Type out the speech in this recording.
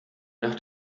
nach